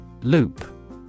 Loop